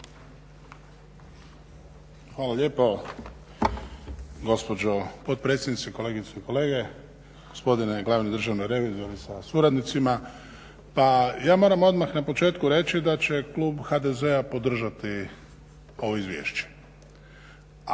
Hvala lijepo gospođo potpredsjednice, kolegice i kolege, gospodine glavni državni revizore sa suradnicima. Pa ja moram odmah na početku reći da će Klub HDZ-a podržati ovo izvješće a